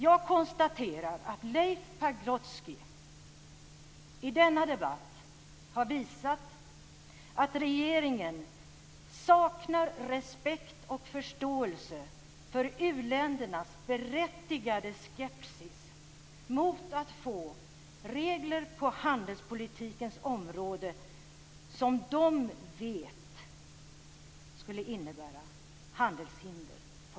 Jag konstaterar att Leif Pagrotsky i denna debatt har visat att regeringen saknar respekt och förståelse för u-ländernas berättigade skepsis mot att få regler på handelspolitikens område som de vet skulle innebära handelshinder för dem.